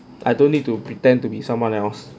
I don't need to pretend to be someone else